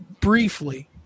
briefly